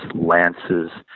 Lance's